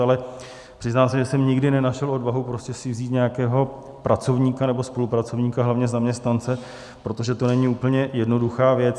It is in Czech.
Ale přiznám se, že jsem nikdy nenašel odvahu si vzít nějakého pracovníka nebo spolupracovníka, hlavně zaměstnance, protože to není úplně jednoduchá věc.